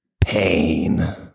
Pain